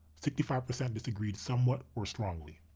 sixty five percent disagreed somewhat or strongly.